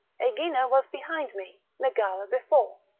aegina was behind me, megara before,